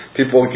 People